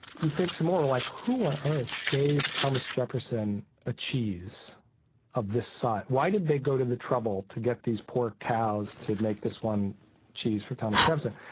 you think some more, like, who on earth gave thomas jefferson a cheese of this size? why did they go to the trouble to get these poor cows to make this one cheese for thomas jefferson?